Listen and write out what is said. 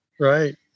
Right